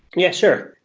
yeah, sure.